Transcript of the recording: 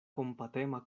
kompatema